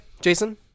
Jason